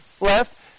left